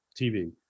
TV